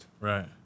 Right